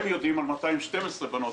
200 ימים ילדה בסיכון,